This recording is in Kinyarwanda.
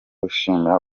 gushimira